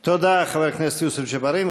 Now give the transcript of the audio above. תודה, חבר הכנסת יוסף ג'בארין.